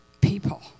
people